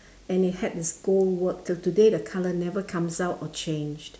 and it had this gold work till today the colour never comes out or changed